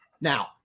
Now